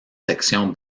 sections